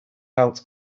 out